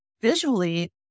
visually